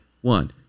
one